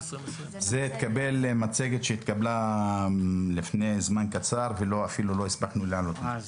זו מצגת שהתקבלה לפני זמן קצר ואפילו לא הספקנו להעלות אותה לאתר.